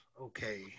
okay